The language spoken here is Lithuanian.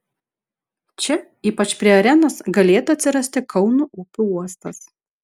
čia ypač prie arenos galėtų atsirasti kauno upių uostas